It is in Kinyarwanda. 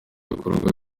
bikorwa